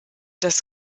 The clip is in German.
das